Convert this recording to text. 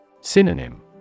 Synonym